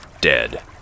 dead